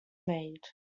made